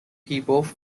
peoples